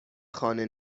خانه